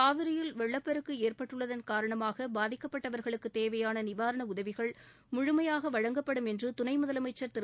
காவிரியில் வெள்ளப்பெருக்கு ஏற்பட்டுள்ளதன் காரணமாக பாதிக்கப்பட்டவர்களுக்கு தேவையான நிவாரண உதவிகள் முழுமையாக வழங்கப்படும் என்று துணை முதலமைச்சா் திரு